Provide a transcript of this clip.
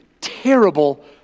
terrible